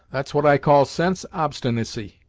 that's what i call sense obstinacy!